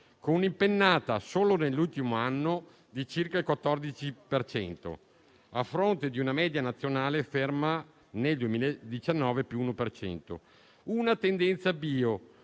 con un'impennata solo nell'ultimo anno di circa il 14 per cento a fronte di una media nazionale ferma nel 2019 a più uno per cento. Una tendenza bio